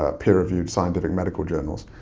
ah peer reviewed scientific medical journals.